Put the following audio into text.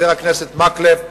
חבר הכנסת מקלב,